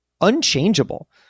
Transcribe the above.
unchangeable